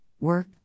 work